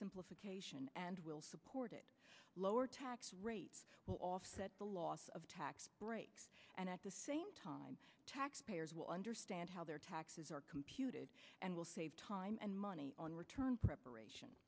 simplification and will support it lower tax rates will offset the loss of tax breaks and at the same time taxpayers will understand how their taxes are computed and will save time and money on return preparation